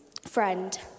friend